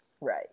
Right